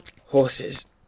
Horses